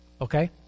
Okay